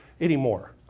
anymore